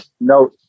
No